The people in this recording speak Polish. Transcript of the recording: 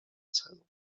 celu